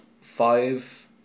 five